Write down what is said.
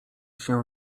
się